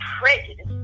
prejudice